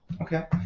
Okay